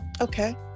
okay